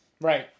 Right